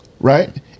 Right